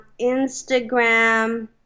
Instagram